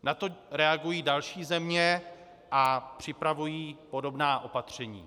Na to reagují další země a připravují podobná opatření.